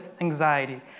anxiety